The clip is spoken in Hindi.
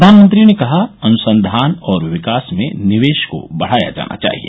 प्रधानमंत्री ने कहा अनुसंघान और विकास में निवेश को बढ़ाया जाना चाहिए